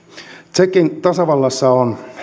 tsekin tasavallassa on